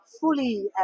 fully